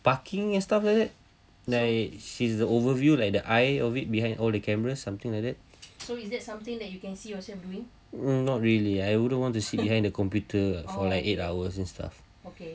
parking and stuff like that like she's the overview like the eye of it behind all the cameras something like not really I wouldn't want to sit behind a computer for like eight hours and stuff